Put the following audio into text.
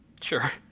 Sure